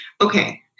okay